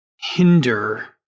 hinder